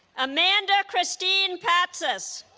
amanda christine patsis